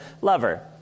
lover